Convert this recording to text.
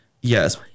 Yes